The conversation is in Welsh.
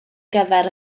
gyfer